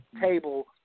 table